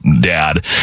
dad